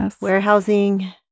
warehousing